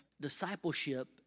discipleship